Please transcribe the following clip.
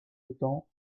autant